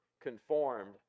conformed